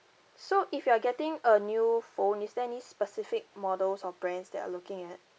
so if you are getting a new phone is there any specific models or brands that you're looking at